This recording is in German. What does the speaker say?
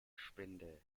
spinde